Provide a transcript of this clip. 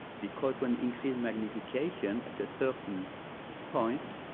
because when increased magnification at a certain point,